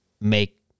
make